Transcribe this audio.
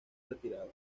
retirado